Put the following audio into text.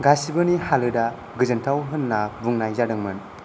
गासिबोनि हालोदा गोजोन्थाव होन्ना बुंनाय जादोंमोन